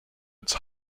its